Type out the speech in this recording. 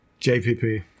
JPP